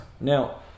Now